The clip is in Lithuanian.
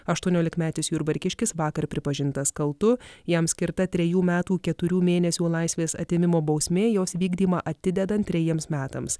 aštuoniolikmetis jurbarkiškis vakar pripažintas kaltu jam skirta trejų metų keturių mėnesių laisvės atėmimo bausmė jos vykdymą atidedant trejiems metams